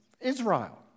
Israel